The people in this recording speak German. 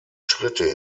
schritte